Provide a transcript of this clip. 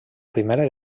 primera